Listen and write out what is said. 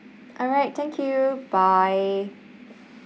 alright thank you bye